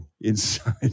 inside